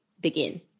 begin